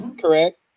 Correct